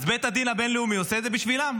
בית הדין הבין-לאומי עושה את זה בשבילן,